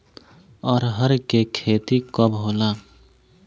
अरहर के खेती कब होला?